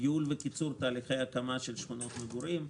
ייעול וקיצור תהליכי הקמה של שכונות מגורים,